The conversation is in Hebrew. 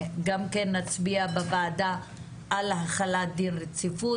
גם כן נצביע בוועדה על החלת דין רציפות.